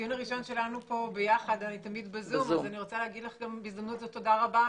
אני רוצה בהזדמנות זו להודות לך,